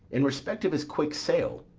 in respect of his quick sail.